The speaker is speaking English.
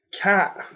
cat